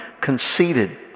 conceited